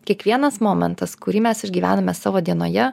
kiekvienas momentas kurį mes išgyvename savo dienoje